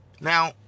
Now